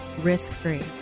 risk-free